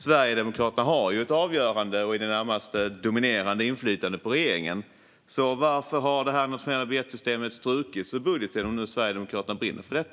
Sverigedemokraterna har ett avgörande och ett i det närmaste dominerande inflytande på regeringen, så varför har det nationella biljettsystemet strukits ur budgeten om Sverigedemokraterna brinner för det?